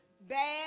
bad